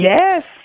Yes